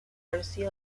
عروسی